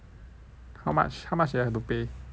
how much how much did I have to pay five K